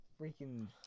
freaking